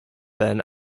been